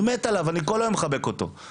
אני כל היום מחבק אותו ואוהב אותו,